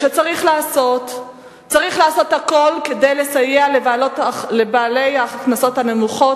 מה צריך לעשות הצד הישראלי במקרה